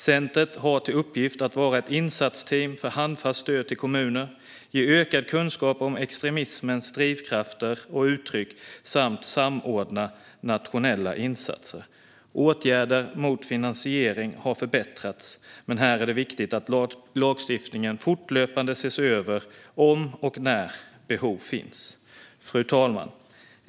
Centret har till uppgift att vara ett insatsteam för handfast stöd till kommuner, ge ökad kunskap om extremismens drivkrafter och uttryck samt samordna nationella insatser. Åtgärder mot finansiering har förbättrats, men här är det viktigt att lagstiftningen fortlöpande ses över om och när behov finns. Fru talman!